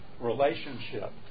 relationship